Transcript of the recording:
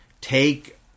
take